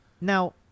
now